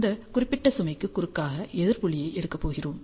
இந்த குறிப்பிட்ட சுமைக்கு குறுக்காக எதிர் புள்ளியை எடுக்கப் போகிறோம்